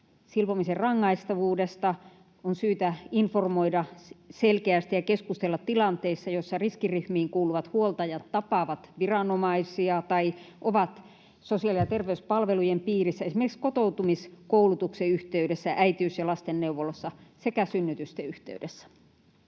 silpomisen rangaistavuudesta, on syytä informoida selkeästi ja keskustella tilanteessa, jossa riskiryhmiin kuuluvat huoltajat tapaavat viranomaisia tai ovat sosiaali- ja terveyspalvelujen piirissä, esimerkiksi kotoutumiskoulutuksen yhteydessä, äitiys- ja lastenneuvoloissa sekä synnytysten yhteydessä.